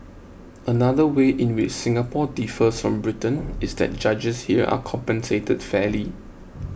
another way in which Singapore differs from Britain is that judges here are compensated fairly